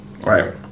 right